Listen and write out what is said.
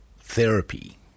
therapy